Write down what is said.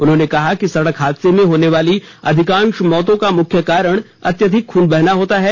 उन्होंने कहा कि सड़क हादसे में होने वाली अधिकांश मौतों का मुख्य कारण अत्यधिक खून बहना होता है